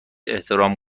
احترام